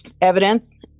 evidence